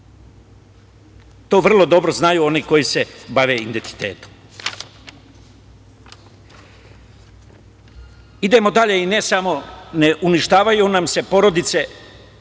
To vrlo dobro znaju oni koji se bave identitetom. Idemo dalje. Ne uništavaju nam se porodice